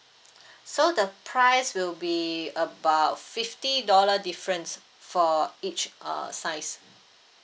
so the price will be about fifty dollar difference for each uh size